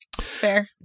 Fair